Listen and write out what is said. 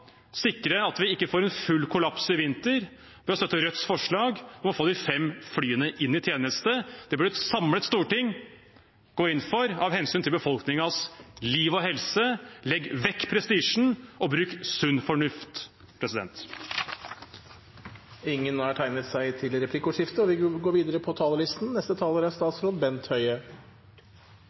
sikre at vi ikke får en full kollaps i vinter, ved å støtte Rødts forslag om å få de fem flyene inn i tjeneste. Det bør et samlet storting gå inn for, av hensyn til befolkningens liv og helse. Legg vekk prestisjen og bruk sunn fornuft! Skulle representanten fra Rødt ta opp sine egne forslag? Ja. Representanten Bjørnar Moxnes har tatt opp de forslagene han refererte til. Det er